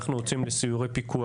אנחנו יוצאים לסיורי פיקוח.